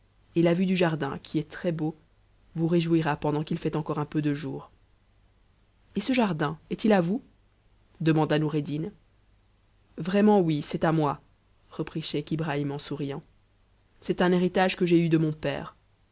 et la vue dn jardin qui est très-beau vous réjouira pendant qu'il fait encore un ncu de jour et ce jardin est-il à vous demanda noureddin vraiment oui c'est à moi reprit scheich ibrahim en souriant c'est un héritage que j h eu de mon père